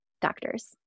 doctors